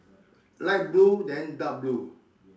light blue then dark blue